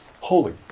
Holy